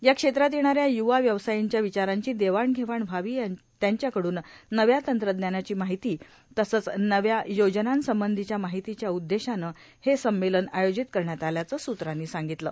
या क्षेत्रात येणाऱ्या य्वा व्यवसायींच्या विचारांची देवाण घेवाण व्हावी त्यांच्याकडून नव्या तंत्रज्ञानाची माहिती तसंच नव्या योजनांसंबंधी माहितीच्या उद्देशानं हे सम्मेलन आयोजित करण्यात आल्याचं स्त्रांनी सांगितलं